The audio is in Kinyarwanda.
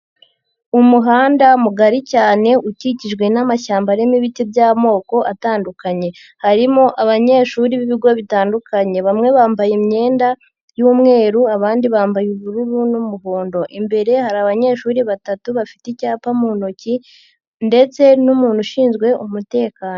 Umuhanda mugari cyane ukikijwe n'amashyamba arimo ibiti by'amoko atandukanye, harimo abanyeshuri b'ibigo bitandukanye, bamwe bambaye imyenda y'umweru abandi bambaye ubururu n'umuhondo, imbere hari abanyeshuri batatu bafite icyapa mu ntoki ndetse n'umuntu ushinzwe umutekano.